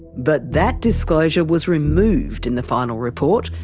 but that disclosure was removed in the final report,